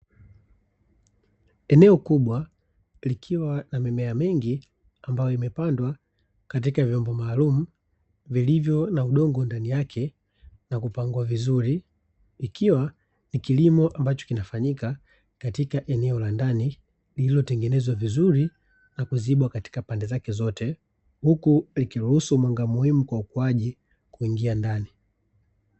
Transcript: Eneo kubwa, likiwa na mimea mingi ambayo imepandwa katika vyombo maalumu, vilivyo na udongo ndani yake na kupangwa vizuri, ikiwa ni kilimo ambacho kinafanyika katika eneo la ndani lililotengenezwa vizuri na kuzibwa katika pande zake zote, huku likiruhusu mwanga muhimu kwa ukuaji kuingia ndani.